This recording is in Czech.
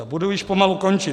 Budu již pomalu končit.